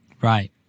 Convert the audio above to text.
right